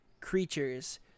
creatures